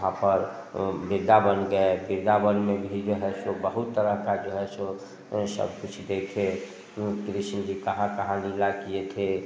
वहाँ पर वृदावन गए वृदावन में भी जो है सो बहुत तरह का जो है सो सब कुछ देखे कृष्ण जी कहाँ कहाँ लीला किए थे